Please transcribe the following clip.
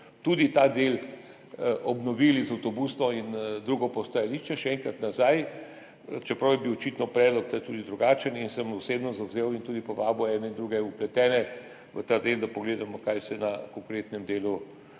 tudi ta del obnovili, za avtobusno in drugo postajališče še enkrat nazaj. Čeprav je bil očitno predlog tu tudi drugačen. Osebno se bom zavzel in tudi povabil ene in druge vpletene v ta del, da pogledamo, kaj se na konkretnem delu